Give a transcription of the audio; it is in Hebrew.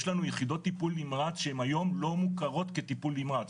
יש לנו יחידות טיפול נמרץ שהן היום לא מוכרות בטיפול נמרץ,